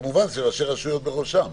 כמובן, שראשי רשויות בראשם.